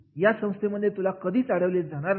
या संस्थेमध्ये तुला कधीच अडवले जाणार नाही